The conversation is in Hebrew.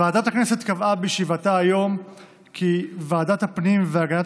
ועדת הכנסת קבעה בישיבתה היום כי ועדת הפנים והגנת